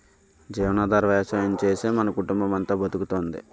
జీవనాధార వ్యవసాయం చేసే మన కుటుంబమంతా బతుకుతోంది